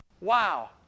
Wow